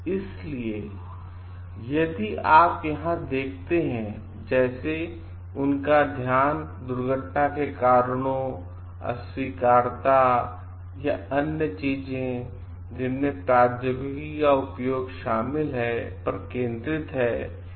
इसलिए यदि आप यहां देखते हैंजैसे उनका ध्यान दुर्घटनाओं के कारणों अस्वीकारता या अन्य चीजें जिनमें प्रौद्योगिकी का उपयोग शामिल है पर केंद्रित है